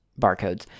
barcodes